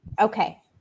Okay